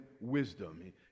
wisdom